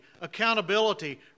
accountability